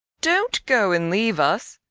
don't go and leave us!